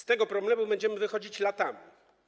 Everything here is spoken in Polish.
Z tego problemu będziemy wychodzić latami.